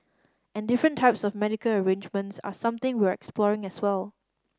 and different types of medical arrangements are something we're exploring as well